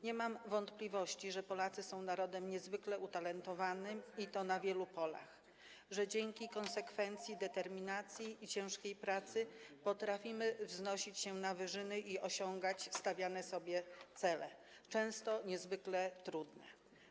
Nie mam wątpliwości, że Polacy są narodem niezwykle utalentowanym, i to na wielu polach; że dzięki konsekwencji, determinacji i ciężkiej pracy potrafimy wznosić się na wyżyny i osiągać stawiane sobie cele, często niezwykle trudne.